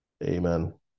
Amen